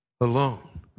alone